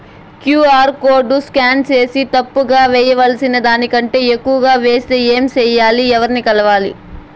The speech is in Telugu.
క్యు.ఆర్ కోడ్ స్కాన్ సేసి తప్పు గా వేయాల్సిన దానికంటే ఎక్కువగా వేసెస్తే ఏమి సెయ్యాలి? ఎవర్ని కలవాలి?